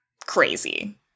crazy